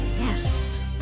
yes